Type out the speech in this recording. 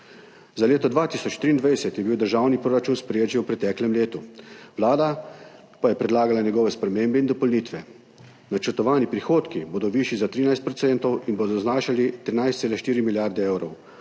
Za leto 2023 je bil državni proračun sprejet že v preteklem letu. Vlada pa je predlagala njegove spremembe in dopolnitve. Načrtovani prihodki bodo višji za 13 % in bodo znašali 13,4 milijarde evrov.